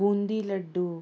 boondi laddoo